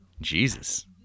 Jesus